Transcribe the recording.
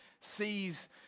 sees